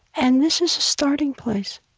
and this is a starting place.